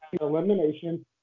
elimination